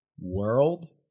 world